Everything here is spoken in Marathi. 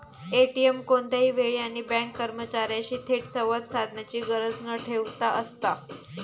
ए.टी.एम कोणत्याही वेळी आणि बँक कर्मचार्यांशी थेट संवाद साधण्याची गरज न ठेवता असता